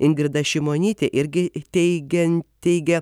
ingrida šimonytė irgi teigian teigia